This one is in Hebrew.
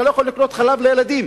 אתה לא יכול לקנות חלב לילדים,